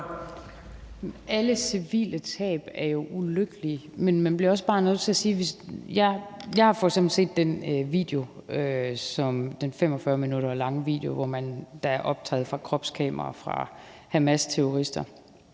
Alle civile tab er jo ulykkelige, men man bliver også bare nødt til at sige – og jeg har f.eks. set den 45 minutter lange video, hvor der er optaget fra kropskameraer på Hamasterrorister,